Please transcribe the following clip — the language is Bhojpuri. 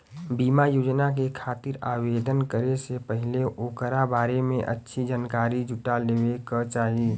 बीमा योजना के खातिर आवेदन करे से पहिले ओकरा बारें में अच्छी जानकारी जुटा लेवे क चाही